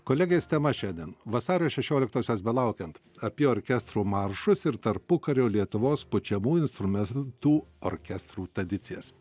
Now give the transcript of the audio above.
kolegės tema šiandien vasario šešioliktosios belaukiant apie orkestro maršus ir tarpukario lietuvos pučiamųjų instrumentų orkestrų tradicijas